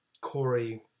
Corey